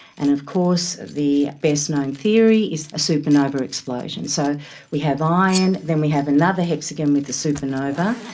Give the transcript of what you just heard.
and of course the best-known theory is a supernova explosion. so we have iron, then we have another hexagon with a supernova.